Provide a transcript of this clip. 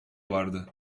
vardı